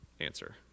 answer